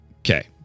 Okay